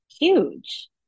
huge